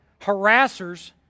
harassers